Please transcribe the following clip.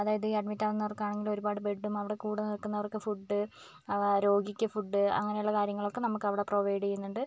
അതായത് ഈ അഡ്മിറ്റ് ആകുന്നവർക്കാണെങ്കിൽ ഒരുപാട് ബെഡും അവിടെ കൂടെ നിൽക്കുന്നവർക്ക് ഫുഡ് രോഗിക്ക് ഫുഡ് അങ്ങനെയുള്ള കാര്യങ്ങളൊക്കെ നമുക്കവിടെ പ്രൊവൈഡ് ചെയ്യുന്നുണ്ട്